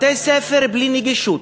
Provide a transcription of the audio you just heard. בתי-ספר בלי נגישות,